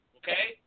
okay